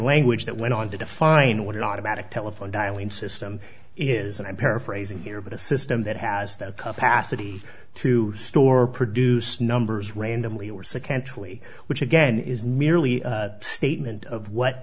language that went on to define what it automatic telephone dialing system is and i'm paraphrasing here but a system that has the capacity to store produced numbers randomly or sequentially which again is merely a statement of what